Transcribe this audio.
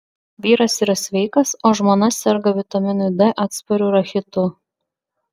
vyras yra sveikas o žmona serga vitaminui d atspariu rachitu